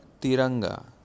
tiranga